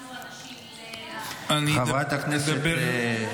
אנחנו נשים, דבר לאט.